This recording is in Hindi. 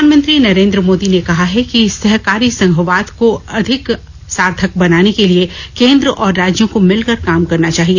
प्रधानमंत्री नरेन्द्र मोदी ने कहा है कि सहकारी संघवाद को अधिक सार्थक बनाने के लिए केन्द्र और राज्यों को मिलकर काम करना चाहिए